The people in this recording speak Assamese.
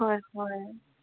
হয় হয়